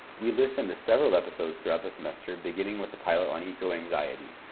we listen to several episodes throughout the semester, beginning with the pilot on eco-anxiety.